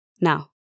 now